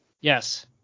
Yes